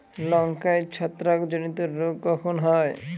লঙ্কায় ছত্রাক জনিত রোগ কখন হয়?